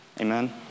amen